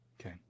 Okay